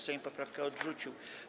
Sejm poprawkę odrzucił.